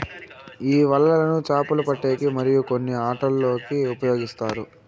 ఈ వలలను చాపలు పట్టేకి మరియు కొన్ని ఆటలల్లో ఉపయోగిస్తారు